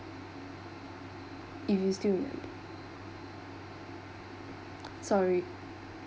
sorry